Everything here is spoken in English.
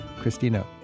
Christina